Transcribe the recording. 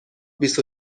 بیست